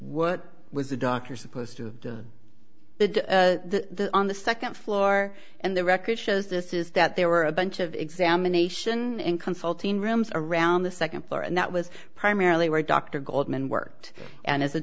what was the doctor supposed to do the on the second floor and the record shows this is that there were a bunch of examination in consulting rooms around the second floor and that was primarily where dr goldman worked and as a